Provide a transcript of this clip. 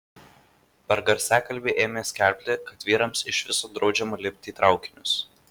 per garsiakalbį ėmė skelbti kad vyrams iš viso draudžiama lipti į traukinius